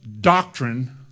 doctrine